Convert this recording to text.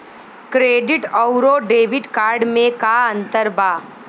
Credit अउरो debit card मे का अन्तर बा?